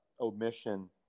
omission